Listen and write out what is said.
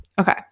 Okay